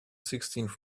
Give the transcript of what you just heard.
sixteenth